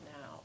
now